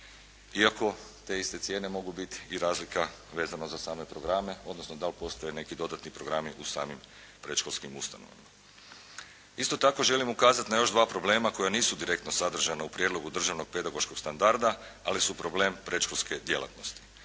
Iako te iste cijene mogu biti i razlika vezano za same programe, odnosno da li postoje neki dodatni programi u samim predškolskim ustanovama. Isto tako želim ukazati na još dva problema koja nisu direktno sadržana u prijedlogu državnog pedagoškog standarda, ali su problem predškolske djelatnosti.